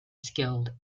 skilled